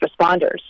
responders